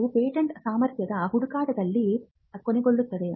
ಇದು ಪೇಟೆಂಟ್ ಸಾಮರ್ಥ್ಯದ ಹುಡುಕಾಟದಲ್ಲಿ ಕೊನೆಗೊಳ್ಳುತ್ತದೆ